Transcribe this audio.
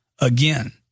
again